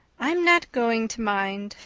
i'm not going to mind,